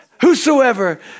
Whosoever